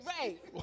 Right